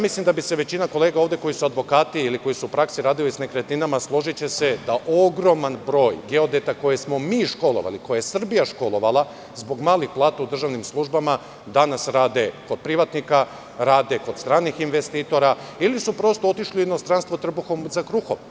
Mislim da bi se većina kolega ovde koji su advokati ili koji su u praksi radili sa nekretninama složila da ogroman broj geodeta koje smo mi školovali, koje je Srbija školovala, zbog malih plata u državnim službama danas rade kod privatnika, radi kod stranih investitora ili su prosto otišli u inostranstvo trbuhom za kruhom.